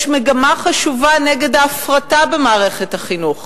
יש מגמה חשובה נגד ההפרטה במערכת החינוך.